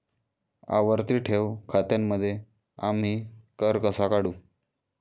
आवर्ती ठेव खात्यांमध्ये आम्ही कर कसा काढू?